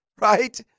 right